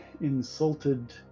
insulted